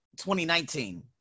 2019